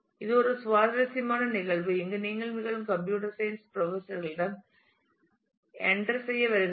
இது ஒரு சுவாரஸ்யமான நிகழ்வு இங்கு நீங்கள் மீண்டும் கம்ப்யூட்டர் சயின்ஸ் ப்ரொஃபஸர் களிடம் என்டர் செய்ய வருகிறீர்கள்